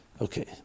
Okay